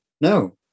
no